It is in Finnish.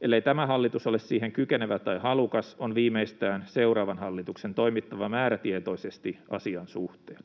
Ellei tämä hallitus ole siihen kykenevä tai halukas, on viimeistään seuraavan hallituksen toimittava määrätietoisesti asian suhteen.